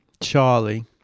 Charlie